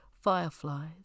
fireflies